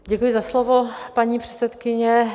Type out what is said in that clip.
Děkuji za slovo, paní předsedkyně.